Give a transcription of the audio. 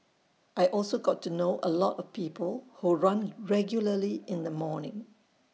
I also got to know A lot of people who run regularly in the morning